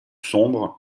sombre